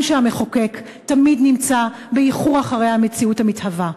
שהמחוקק תמיד נמצא באיחור מול המציאות המתהווה,